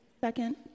Second